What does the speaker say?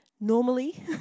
normally